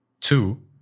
two